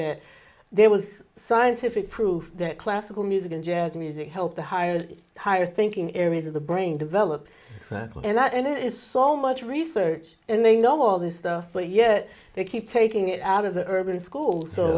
that there with scientific proof that classical music and jazz music help the higher and higher thinking areas of the brain develop and that and it is so much research and they know all this stuff but yet they keep taking it out of the urban s